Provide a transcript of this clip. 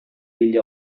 degli